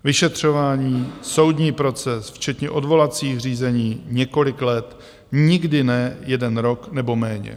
Vyšetřování, soudní proces včetně odvolacích řízení několik let, nikdy ne jeden rok nebo méně.